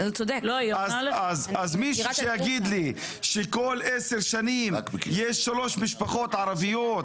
אז מישהו שיגיד לי שכל עשר שנים יש שלוש משפחות ערביות,